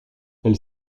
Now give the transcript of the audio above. elle